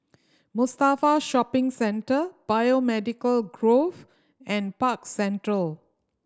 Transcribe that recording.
Mustafa Shopping Centre Biomedical Grove and Park Central